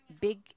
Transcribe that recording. big